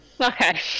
Okay